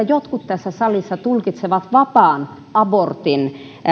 jotkut tässä salissa tulkitsevat vapaan abortin